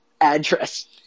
address